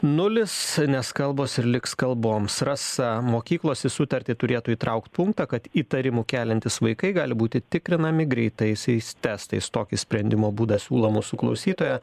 nulis nes kalbos ir liks kalboms rasa mokyklos į sutartį turėtų įtraukt punktą kad įtarimų keliantys vaikai gali būti tikrinami greitaisiais testais tokį sprendimo būdą siūlo mūsų klausytoja